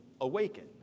awaken